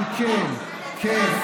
אבל כן, כן.